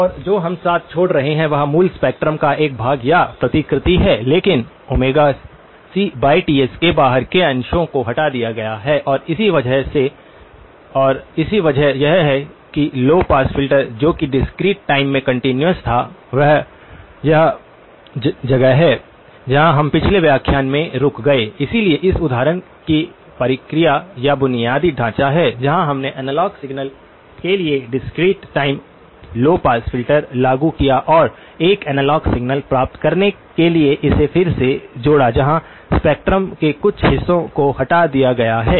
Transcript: और जो हम साथ छोड़ रहे हैं वह मूल स्पेक्ट्रम का एक भाग या प्रतिकृति है लेकिन cTs के बाहर के अंशों को हटा दिया गया है और इसकी वजह यह है कि लौ पास फिल्टर जो कि डिस्क्रीट टाइम में कंटीन्यूअस था यह वह जगह है जहां हम पिछले व्याख्यान में रुक गए इसलिए इस उदाहरण की प्रक्रिया या बुनियादी ढांचा है जहां हमने एनालॉग सिग्नल के लिए discrete time low pass filter लागू किया और एक एनालॉग सिग्नल प्राप्त करने के लिए इसे फिर से जोड़ा जहां स्पेक्ट्रम के कुछ हिस्सों को हटा दिया गया है